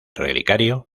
relicario